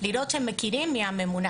לראות שהם מכירים מי הממונה